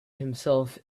himself